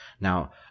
Now